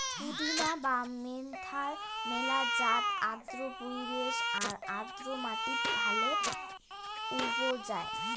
পুদিনা বা মেন্থার মেলা জাত আর্দ্র পরিবেশ আর আর্দ্র মাটিত ভালে উবজায়